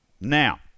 Now